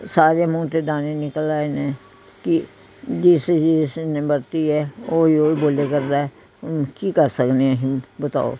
ਸਾਰੇ ਮੂੰਹ 'ਤੇ ਦਾਣੇ ਨਿਕਲ ਆਏ ਨੇ ਕਿ ਜਿਸ ਜਿਸ ਨੇ ਵਰਤੀ ਹੈ ਉਹੀ ਉਹੀ ਬੋਲੇ ਕਰਦਾ ਕੀ ਕਰ ਸਕਦੇ ਅਸੀਂ ਬਤਾਓ